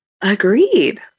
Agreed